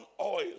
oil